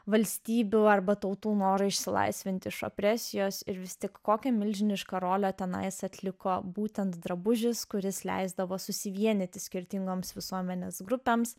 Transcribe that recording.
valstybių arba tautų norą išsilaisvinti iš obsesijos ir vis tik kokią milžinišką rolę tenai esą atliko būtent drabužis kuris leisdavo susivienyti skirtingoms visuomenės grupėms